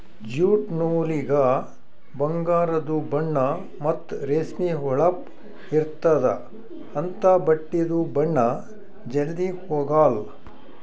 jute ನೂಲಿಗ ಬಂಗಾರದು ಬಣ್ಣಾ ಮತ್ತ್ ರೇಷ್ಮಿ ಹೊಳಪ್ ಇರ್ತ್ತದ ಅಂಥಾ ಬಟ್ಟಿದು ಬಣ್ಣಾ ಜಲ್ಧಿ ಹೊಗಾಲ್